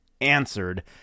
answered